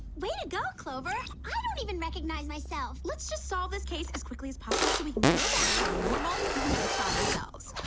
way to go clover. i don't even recognize myself let's just solve this case as quickly as possible so we can go back to our normal mug shot ourselves